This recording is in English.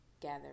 gather